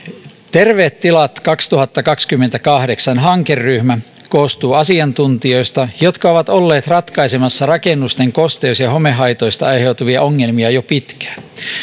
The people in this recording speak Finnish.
terveet tilat kaksituhattakaksikymmentäkahdeksan hankeryhmä koostuu asiantuntijoista jotka ovat olleet ratkaisemassa rakennusten kosteus ja homehaitoista aiheutuvia ongelmia jo pitkään